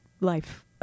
life